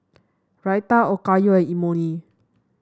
Raita Okayu and Imoni